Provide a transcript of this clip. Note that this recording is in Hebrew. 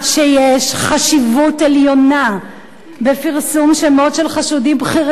שיש חשיבות עליונה בפרסום שמות של חשודים בכירים,